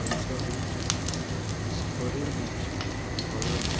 कासा बीच इस्कोरीम बीच हॉलांत